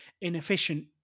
inefficient